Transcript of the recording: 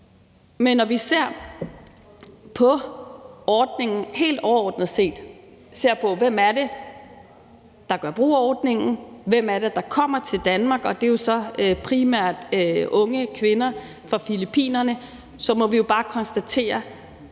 Men når vi ser på ordningen helt overordnet og på, hvem der gør brug af ordningen, og hvem det er, der kommer til Danmark – det er jo primært unge kvinder fra Filippinerne – så må vi jo bare konstatere,